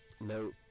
No